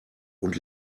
und